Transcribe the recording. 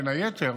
בין היתר,